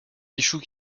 michou